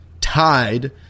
tied